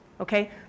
okay